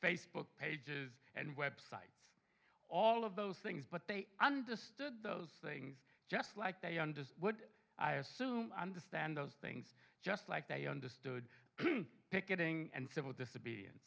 facebook pages and web site all of those things but they understood those things just like they understood i assume understand those things just like they understood picketing and civil disobedience